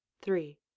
three